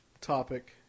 topic